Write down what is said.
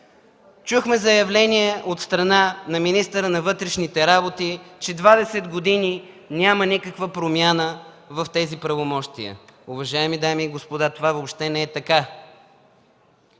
Чухме заявление от страна на министъра на вътрешните работи, че 20 години няма никаква промяна в тези правомощия. Уважаеми дами и господа, това въобще не е така.